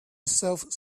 yourself